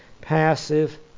passive